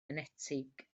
enetig